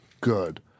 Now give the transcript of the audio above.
Good